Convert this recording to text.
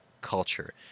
culture